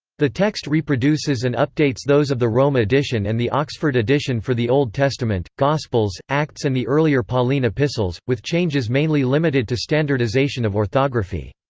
the text reproduces and updates those of the rome edition and the oxford edition for the old testament, gospels, acts and the earlier pauline epistles with changes mainly limited to standardisation of orthography.